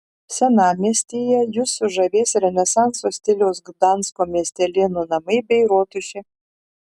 senamiestyje jus sužavės renesanso stiliaus gdansko miestelėnų namai bei rotušė